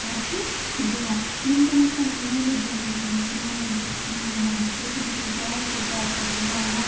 ترجیح دِوان وُنکیٚس نٔو نٔو جَنریشَن یۄس چھِ نٔو نٔو لوٗکھ یِم یِوان چھِ تِم چھِ زیادٕ کھۄتہٕ زیادٕ سۄ بَناوان